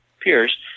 peers